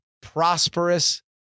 prosperous